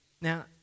Now